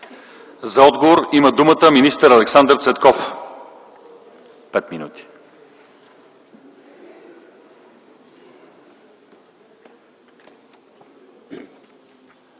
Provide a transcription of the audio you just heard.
За отговор има думата министър Александър Цветков. МИНИСТЪР